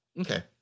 okay